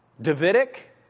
Davidic